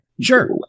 Sure